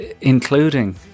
including